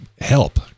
help